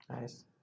Nice